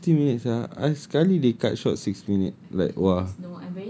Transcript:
we have fifty minutes siak ah sekali they cut short six minutes like !wah!